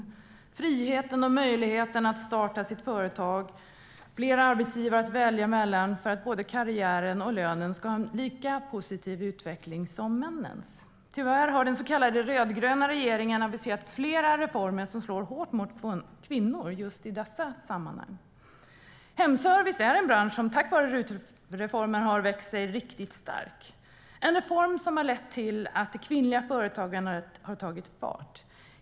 Det gäller friheten och möjligheten att starta företag och ha fler arbetsgivare att välja mellan för att både karriären och lönen ska ha en lika positiv utveckling som männens. Tyvärr har den så kallade rödgröna regeringen aviserat flera reformer som slår hårt mot kvinnor i just dessa sammanhang. Hemservice är en bransch som, tack vare RUT-reformen, har växt sig riktigt starkt. Det är en reform som lett till att det kvinnliga företagandet har tagit fart.